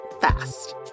fast